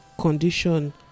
condition